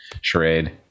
charade